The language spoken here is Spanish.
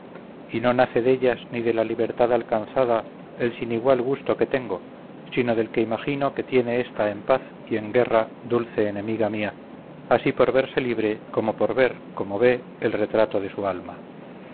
y no nace dellas ni de la libertad alcanzada el sin igual gusto que tengo sino del que imagino que tiene ésta en paz y en guerra dulce enemiga mía así por verse libre como por ver como ve el retrato de su alma